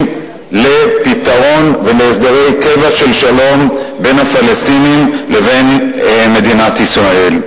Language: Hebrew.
לפתרון ולהסדרי קבע של שלום בין הפלסטינים לבין מדינת ישראל.